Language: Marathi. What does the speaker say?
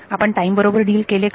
आपण टाईम बरोबर डिल केले का